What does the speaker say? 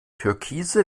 türkise